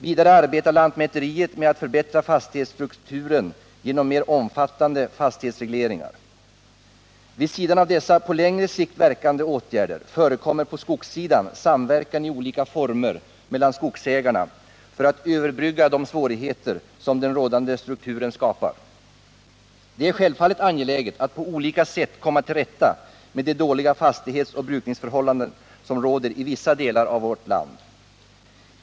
Vidare arbetar lantmäteriet med att förbättra fastighetsstrukturen genom mer omfattande fastighetsregleringar. Vid sidan av dessa på längre sikt verkande åtgärder förekommer på skogssidan samverkan i olika former mellan skogsägarna för att överbrygga de svårigheter som den rådande strukturen skapar. Det är självfallet angeläget att på olika sätt komma till rätta med de dåliga fastighetsoch brukningsförhållanden som råder i vissa delar av vårt land.